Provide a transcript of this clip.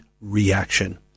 reaction